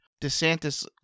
DeSantis